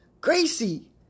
Gracie